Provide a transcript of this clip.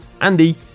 Andy